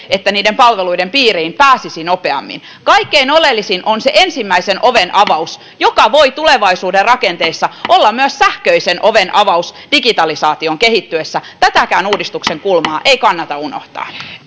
että niiden palveluiden piiriin pääsisi nopeammin kaikkein oleellisin on se ensimmäisen oven avaus joka voi tulevaisuuden rakenteissa olla myös sähköisen oven avaus digitalisaation kehittyessä tätäkään uudistuksen kulmaa ei kannata unohtaa